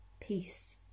peace